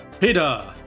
Peter